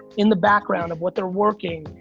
in the background of what they're working,